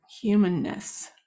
humanness